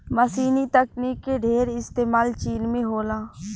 मशीनी तकनीक के ढेर इस्तेमाल चीन में होला